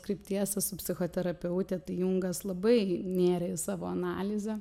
krypties esu psichoterapeutė tai jungas labai nėrė į savo analizę